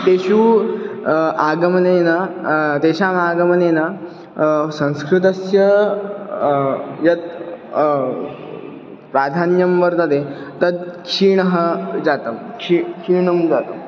तेषु आगमनेन तेषाम् आगमनेन संस्कृतस्य यत् प्राधान्यं वर्तते तत् क्षीणं जातं क्षीणं क्षीणं जातम्